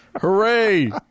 Hooray